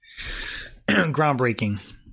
groundbreaking